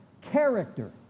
Character